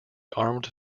armed